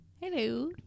Hello